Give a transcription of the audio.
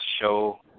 show